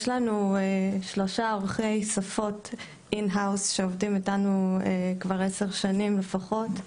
יש לנו שלושה עורכי שפות in houseשעובדים איתנו כבר עשר שנים לפחות,